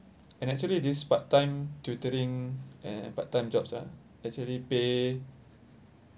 and actually this part time tutoring and part time jobs ah actually pay